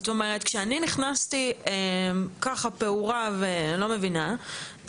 כשאני נכנסתי ככה פעורה ולא מבינה,